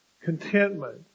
Contentment